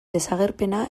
desagerpena